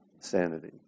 sanity